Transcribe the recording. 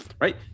right